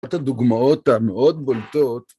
אחת הדוגמאות המאוד בולטות.